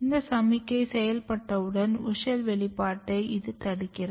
இந்த சமிக்ஞை செய்ல்ப்பட்டவுடன் WUSCHEL வெளிப்பாட்டை இது தடுக்கிறது